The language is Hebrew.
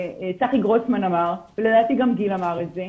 שצחי גרוסמן אמר, ולדעתי גם גיל אמר את זה,